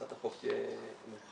הצעת החוק תהיה מוכנה